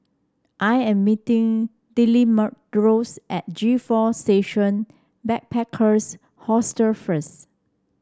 I am meeting at G Four Station Backpackers Hostel first